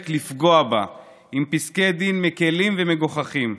לפגוע בה עם פסקי דין מקילים ומגוחכים.